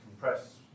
Compress